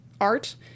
art